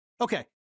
Okay